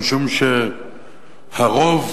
משום שהרוב